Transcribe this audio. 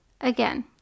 Again